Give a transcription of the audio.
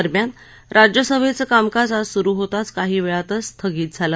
दरम्यान राज्यसभेचं कामकाज आज सुरू होताच काही वेळातच स्थगित झालं